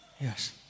Yes